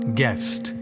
guest